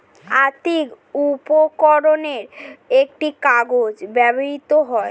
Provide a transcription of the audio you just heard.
আর্থিক উপকরণে একটি কাগজ ব্যবহৃত হয়